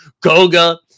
goga